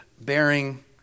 bearing